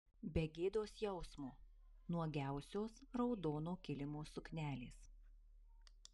be gėdos jausmo nuogiausios raudono kilimo suknelės